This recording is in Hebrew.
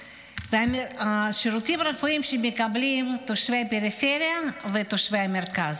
השירותים הרפואיים שמקבלים תושבי הפריפריה ותושבי המרכז.